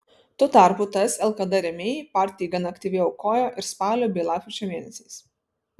tuo tarpu ts lkd rėmėjai partijai gana aktyviai aukojo ir spalio bei lapkričio mėnesiais